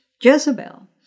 Jezebel